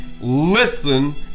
Listen